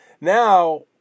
now